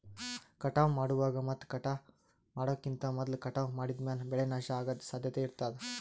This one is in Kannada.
ಕಟಾವ್ ಮಾಡುವಾಗ್ ಮತ್ ಕಟಾವ್ ಮಾಡೋಕಿಂತ್ ಮೊದ್ಲ ಕಟಾವ್ ಮಾಡಿದ್ಮ್ಯಾಲ್ ಬೆಳೆ ನಾಶ ಅಗದ್ ಸಾಧ್ಯತೆ ಇರತಾದ್